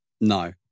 No